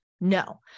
no